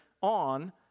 on